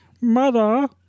Mother